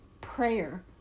prayer